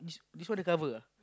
this this one the cover ah